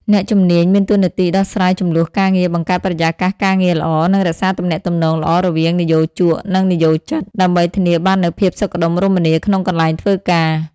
អ្នកជំនាញ មានតួនាទីដោះស្រាយជម្លោះការងារ បង្កើតបរិយាកាសការងារល្អ និងរក្សាទំនាក់ទំនងល្អរវាងនិយោជក និងនិយោជិត ដើម្បីធានាបាននូវភាពសុខដុមរមនាក្នុងកន្លែងធ្វើការ។